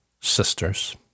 sisters